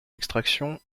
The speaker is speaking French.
extraction